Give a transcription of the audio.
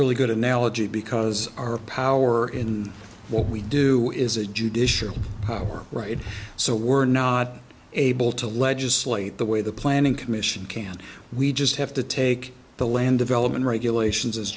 really good analogy because our power in what we do is a judicial power right so we're not able to legislate the way the planning commission can we just have to take the land development regulations as